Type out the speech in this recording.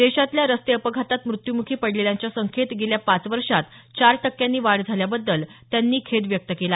देशातल्या रस्ते अपघातात मृत्युमुखी पडलेल्यांच्या संख्येत गेल्या पाच वर्षात चार टक्क्यांनी वाढ झाल्याबद्दल त्यांनी खेद व्यक्त केलं